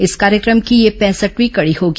इस कार्यक्रम की यह पैंसठवीं कड़ी होगी